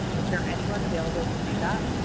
is there anyone available to do that?